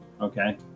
okay